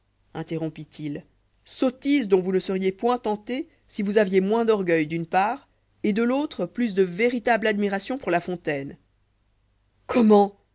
interrompit-il sottise dont vous ne seriez point tenté si vous aviez moins d'orgueil d'une part et de l'autre plus de véritable ad ad pour là fontaine comment